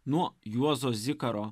nuo juozo zikaro